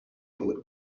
bullet